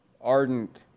ardent